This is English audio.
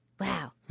Wow